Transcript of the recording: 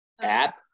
App